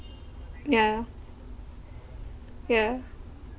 yeah yeah